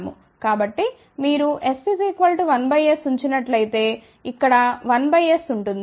కాబట్టి మీరు S1s ఉంచినట్లయితే ఇక్కడ 1 బై s ఉంటుంది